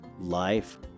life